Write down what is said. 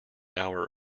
hour